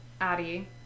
Addie